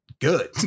good